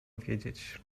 wiedzieć